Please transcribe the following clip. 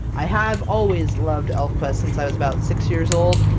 i have always loved elfquest, since i was about six years old,